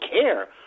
care